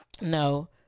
No